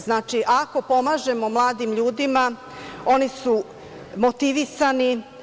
Znači, ako pomažemo mladim ljudima oni su motivisani.